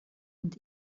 und